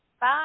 Bye